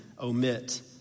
omit